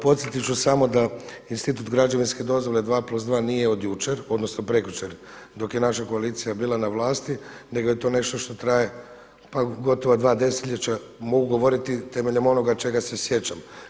Podsjetiti ću samo da institut građevinske dozvole 2+2 nije od jučer, odnosno od prekjučer dok je naša koalicija bila na vlasti nego je to nešto što traje pa gotovo 2 desetljeća, mogu govoriti temeljem onoga čega se sjećam.